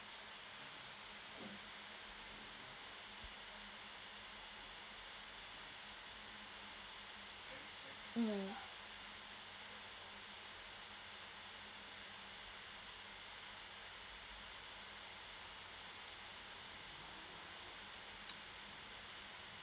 mm